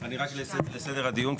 רק לסדר הדיון,